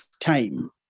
time